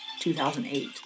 2008